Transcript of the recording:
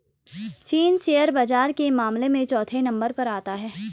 चीन शेयर बाजार के मामले में चौथे नम्बर पर आता है